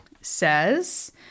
says